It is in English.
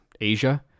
Asia